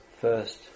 first